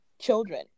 children